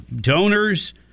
donors